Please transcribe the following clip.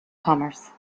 commerce